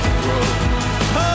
grow